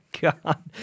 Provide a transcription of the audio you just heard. god